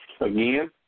again